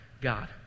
God